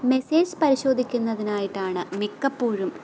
message പരിശോധിക്കുന്നതിനായിട്ടാണ് മിക്കപ്പോഴും